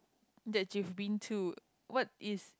that you've been to what is